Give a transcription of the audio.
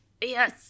Yes